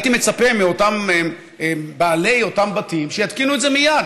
הייתי מצפה מבעלי אותם בתים שיתקינו את זה מייד.